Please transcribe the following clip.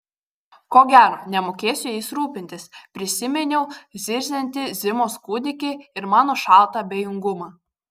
ko gero nemokėsiu jais rūpintis prisiminiau zirziantį zimos kūdikį ir mano šaltą abejingumą